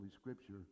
Scripture